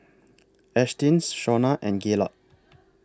Ashtyn Shauna and Gaylord